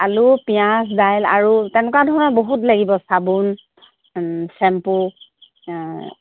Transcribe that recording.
আলু পিঁয়াজ দাইল আৰু তেনেকুৱা ধৰণৰ বহুত লাগিব চাবোন চেম্পু